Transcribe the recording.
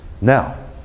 Now